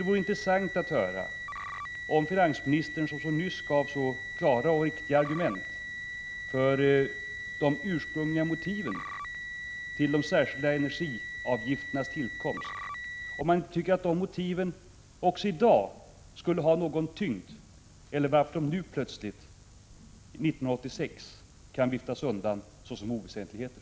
Det vore intressant att höra om finansministern, som nyss gav så klara och riktiga argument för de ursprungliga motiven till de särskilda energiavgifternas tillkomst, tycker att dessa motiv också i dag skulle kunna ha någon tyngd eller om de nu 1986 plötsligt skall viftas undan såsom oväsentligheter.